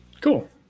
Cool